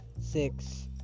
six